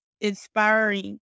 inspiring